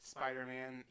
Spider-Man